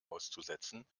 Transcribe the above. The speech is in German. auszusetzen